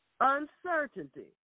uncertainty